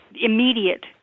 immediate